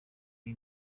iyi